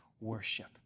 worship